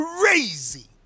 crazy